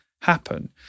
happen